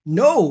no